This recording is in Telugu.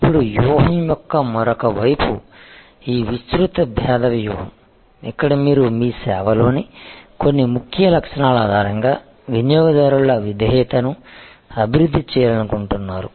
ఇప్పుడు వ్యూహం యొక్క మరొక వైపు ఈ విస్తృత భేద వ్యూహం ఇక్కడ మీరు మీ సేవలోని కొన్ని ముఖ్య లక్షణాల ఆధారంగా వినియోగదారుల విధేయతను అభివృద్ధి చేయాలనుకుంటున్నారు